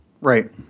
Right